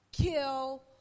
kill